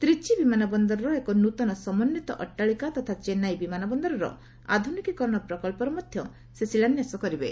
ତ୍ରିଚି ବିମାନବନ୍ଦରର ଏକ ନୃତନ ସମନ୍ତିତ ଅଟ୍ଟାଳିକା ତଥା ଚେନ୍ନାଇ ବିମାନ ବନ୍ଦରର ଆଧ୍ରନିକୀକରଣର ପ୍ରକଳ୍ପ ମଧ୍ୟ ସେ ଶିଳାନ୍ୟାସ କରିବେ